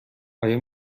آیا